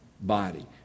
body